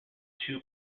two